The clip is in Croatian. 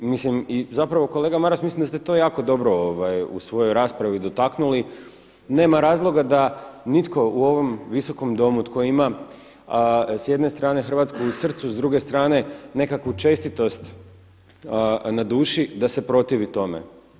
Mislim i zapravo kolega Maras mislim da ste to jako dobro u svojoj raspravi dotaknuli, pa nema razloga da nitko u ovom Visokom domu tko ima s jedne strane Hrvatsku u srcu, s druge strane nekakvu čestitost na duši da se protivi tome.